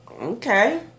Okay